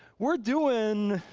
we're doing